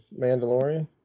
Mandalorian